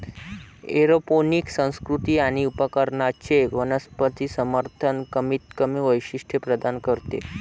aeroponic संस्कृती आणि उपकरणांचे वनस्पती समर्थन कमीतकमी वैशिष्ट्ये प्रदान करते